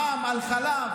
מע"מ על חלב.